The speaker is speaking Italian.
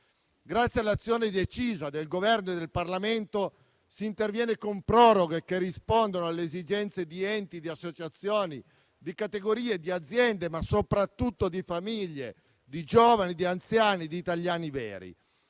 grazie all'azione decisa del Governo e del Parlamento si interviene con proroghe che rispondono alle esigenze di enti, di associazioni, di categorie, di aziende, ma soprattutto di famiglie, di giovani, di anziani, di italiani veri.